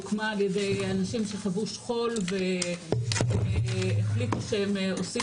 העמותה הוקמה על ידי אנשים שחוו שכול והחליטו שהם עושים